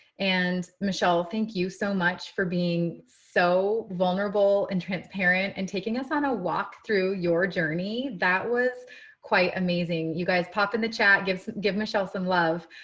and michelle, thank you so much for being so vulnerable and transparent and taking us on a walk through your journey. that was quite amazing. you guys pop in the chat. give us, give michelle some love.